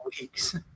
weeks